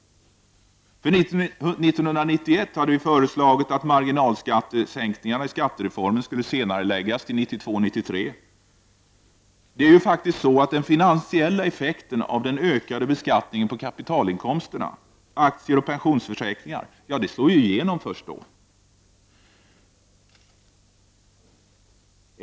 För 1991 har vi föreslagit att en del av marginalskattesänkningarna i skattereformen senareläggs till 1992/93. Det är ju faktiskt så att den finansiella effekten av den ökade beskattningen på kapitalinkomster, t.ex. aktier och pensionsförsäkringar, slår igenom först då.